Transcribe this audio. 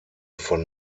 von